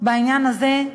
בעניין הזה,